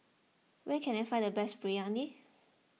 where can I find the best Biryani